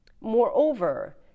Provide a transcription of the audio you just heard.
Moreover